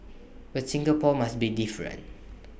but Singapore must be different